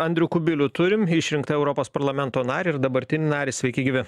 andrių kubilių turim išrinktą europos parlamento narį ir dabartinį narį sveiki gyvi